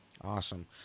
Awesome